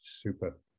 Super